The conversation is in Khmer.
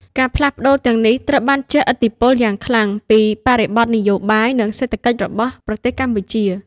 ការផ្លាស់ប្ដូរទាំងនេះត្រូវបានជះឥទ្ធិពលយ៉ាងខ្លាំងពីបរិបទនយោបាយ និងសេដ្ឋកិច្ចរបស់ប្រទេសកម្ពុជា។